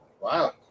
Wow